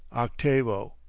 octavo,